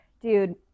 dude